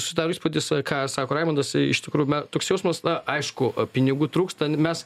susidaro įspūdis ką sako raimundas iš tikrųjų toks jausmas na aišku pinigų trūksta mes